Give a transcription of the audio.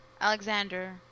Alexander